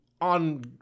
on